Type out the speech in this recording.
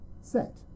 set